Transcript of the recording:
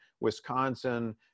Wisconsin